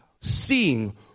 seeing